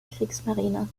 kriegsmarine